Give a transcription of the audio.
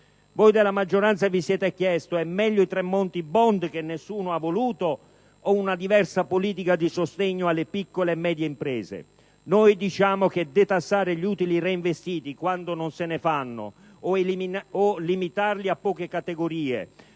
Voi della maggioranza vi siete chiesti: meglio i Tremonti Bond, che nessuno ha voluto, o una diversa politica di sostegno alle piccole e medie imprese? Noi diciamo che detassare gli utili reinvestiti quando non se ne fanno o limitarli a poche categorie,